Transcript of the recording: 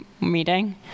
meeting